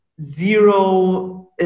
zero